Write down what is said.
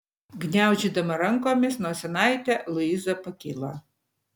gniaužydama rankomis nosinaitę luiza pakilo